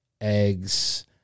eggs